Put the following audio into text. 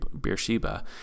Beersheba